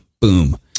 boom